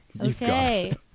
Okay